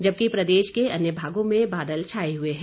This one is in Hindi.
जबकि प्रदेश के अन्य भागों में बादल छाए हुए हैं